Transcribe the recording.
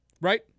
Right